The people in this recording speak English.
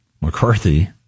McCarthy